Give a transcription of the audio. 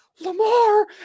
Lamar